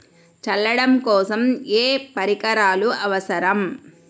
చల్లడం కోసం ఏ పరికరాలు అవసరం?